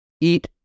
eat